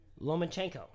Lomachenko